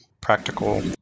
practical